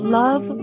love